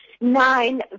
nine